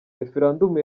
referendumu